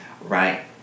right